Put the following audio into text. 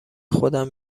خودم